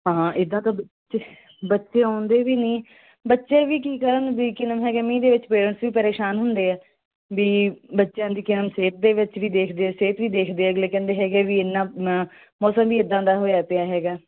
ਹਾਂ ਇੱਦਾਂ ਤਾਂ ਬੱਚੇ ਬੱਚੇ ਆਉਂਦੇ ਵੀ ਨਹੀਂ ਬੱਚੇ ਬਈ ਕਿਨਮ ਮੀਂਹ ਦੇ ਵਿੱਚ ਪੇਰੈਂਟਸ ਵੀ ਪਰੇਸ਼ਾਨ ਹੁੰਦੇ ਆ ਬਈ ਬੱਚਿਆਂ ਦੀ ਕਿਨਮ ਸਿਹਤ ਦੇ ਵਿੱਚ ਵੀ ਦੇਖਦੇ ਸਿਹਤ ਵੀ ਦੇਖਦੇ ਆ ਅਗਲੇ ਕਹਿੰਦੇ ਹੈਗੇ ਵੀ ਇੰਨਾ ਮਨਾ ਮੌਸਮ ਵੀ ਇੱਦਾਂ ਦਾ ਹੋਇਆ ਪਿਆ ਹੈਗਾ